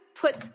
put